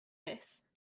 this